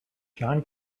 john